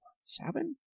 Seven